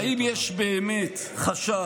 אני שואל: האם יש באמת חשש